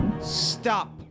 Stop